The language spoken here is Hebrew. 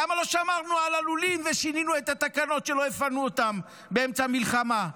למה לא שמרנו על הלולים ושינינו את התקנות שלא יפנו אותם באמצע מלחמה?